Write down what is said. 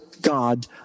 God